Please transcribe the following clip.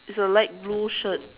it's a light blue shirt